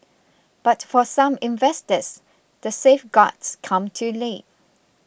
but for some investors the safeguards come too late